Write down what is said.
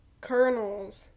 kernels